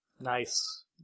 Nice